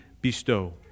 bestow